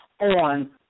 on